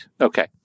Okay